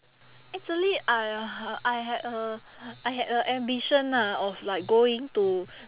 actually I I had a I had a ambition lah of like going to